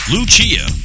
Lucia